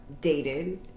dated